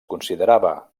considerava